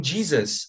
Jesus